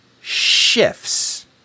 shifts